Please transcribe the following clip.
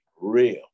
real